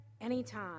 anytime